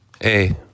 Hey